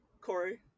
Corey